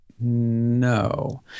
No